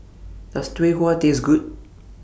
Does Tau Huay Taste Good